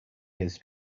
his